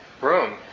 room